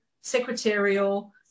secretarial